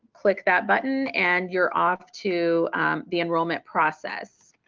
click that button and you're off to the enrollment process.